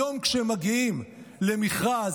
היום כשהם מגיעים למכרז,